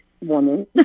woman